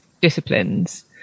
disciplines